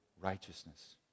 righteousness